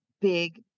big